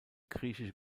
griechische